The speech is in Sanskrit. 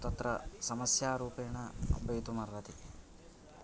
तत्र समस्यारूपेण भवितुम् अर्हति